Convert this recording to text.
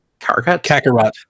Kakarot